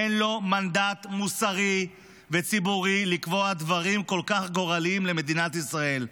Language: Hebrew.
אין לו מנדט מוסרי וציבורי לקבוע דברים כל כך גורליים למדינת ישראל,